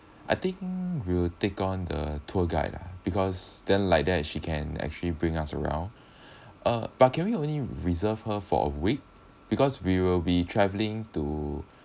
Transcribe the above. I think we'll take on the tour guide lah because then like that she can actually bring us around uh but can we only reserve her for a week because we will be traveling to